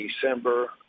December